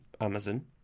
amazon